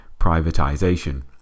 privatisation